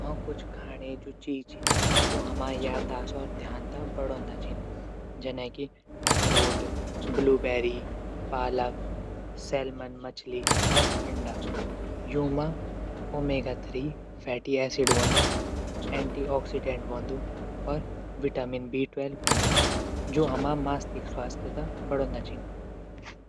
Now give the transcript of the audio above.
जु खाणा जू चीज छन हमरी याददाश्त व ध्यान तै बढांदा छन। जनकि अखरोट, ब्लूबैरी, पालक, स्लैमैन मछली, और अंडा। यू ओमेगा ३ फैटी एसिड होंदू एंटीओकसिडैट होंदू। और बिटामिन बी १२ होंदू। जू हमरू मानसिक स्वास्थ्य तै बढौंदा छन।